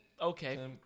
Okay